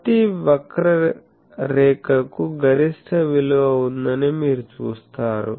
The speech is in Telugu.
ప్రతి వక్రరేఖకు గరిష్ట విలువ ఉందని మీరు చూస్తారు